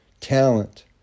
talent